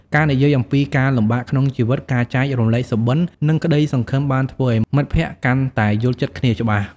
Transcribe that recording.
ការនិយាយអំពីការលំបាកក្នុងជីវិត ការចែករំលែកសុបិន្តនិងក្តីសង្ឃឹមបានធ្វើឱ្យមិត្តភក្តិកាន់តែយល់ចិត្តគ្នាច្បាស់។